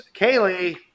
Kaylee